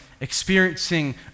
experiencing